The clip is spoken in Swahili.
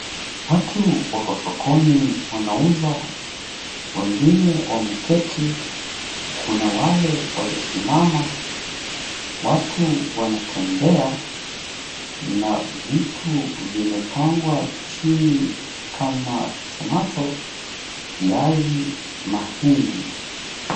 Watu wako sokoni wanauza, wengine wameketi. Kuna wale waliosimama, watu wanatembea, na vitu vimepangwa chini kama tomato viazi, mahindi.